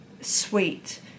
sweet